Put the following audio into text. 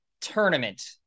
tournament